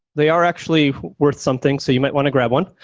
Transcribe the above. they are actually worth something, so you might want to grab one.